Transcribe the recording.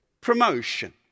promotion